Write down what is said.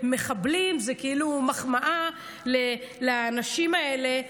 מחבלים זו כאילו מחמאה לאנשים האלה,